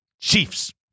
Chiefs